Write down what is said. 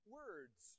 words